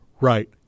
Right